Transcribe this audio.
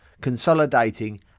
consolidating